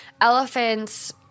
Elephants